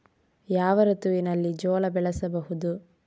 ಯಾವ ಋತುವಿನಲ್ಲಿ ಜೋಳ ಬೆಳೆಸಬಹುದು?